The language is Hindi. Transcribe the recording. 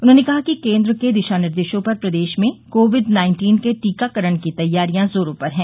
उन्होंने कहा कि केन्द्र के दिशा निर्देशों पर प्रदेश में कोविड नाइन्टीन के टीकाकरण की तैयारियां जोरों पर है